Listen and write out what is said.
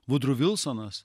vudru vilsonas